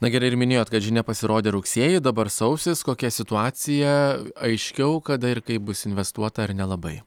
na gerai ir minėjot kad žinia pasirodė rugsėjį dabar sausis kokia situacija aiškiau kada ir kaip bus investuota ar nelabai